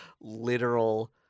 literal